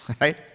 Right